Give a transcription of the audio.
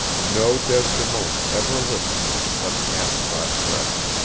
no desdemona ever listened with such half-caught breath.